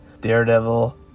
Daredevil